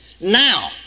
now